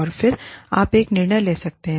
और फिर आप एक निर्णय ले सकते हैं